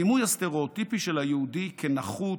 הדימוי הסטריאוטיפי של היהודי כנחות,